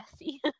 Jesse